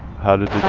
hundred